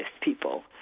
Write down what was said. people